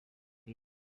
him